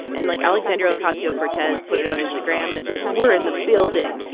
and, like, alexandria ocasio-cortez put it on instagram, and it's, like, we're in the building.